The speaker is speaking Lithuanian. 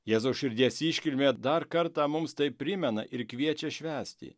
jėzaus širdies iškilmė dar kartą mums tai primena ir kviečia švęsti